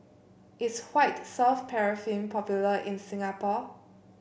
is White Soft Paraffin popular in Singapore